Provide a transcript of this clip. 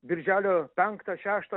birželio penktą šeštą